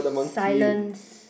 silence